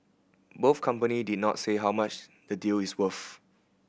both company did not say how much the deal is worth